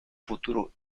futuro